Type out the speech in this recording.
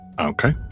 Okay